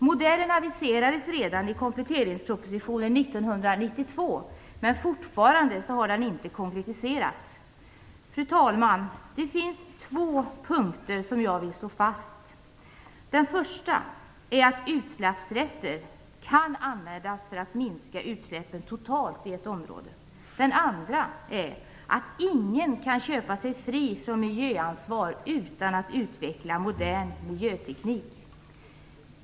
Modellen aviserades redan i kompletteringspropositionen 1992, men fortfarande har den inte konkretiserats. Fru talman! Det finns två punkter som jag vill slå fast. Den första är att utsläppsrätter kan användas för att minska utsläppen totalt i ett område. Den andra är att ingen kan köpa sig fri från miljöansvar utan att utveckla modern miljöteknik.